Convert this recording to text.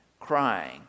crying